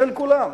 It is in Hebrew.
כולם,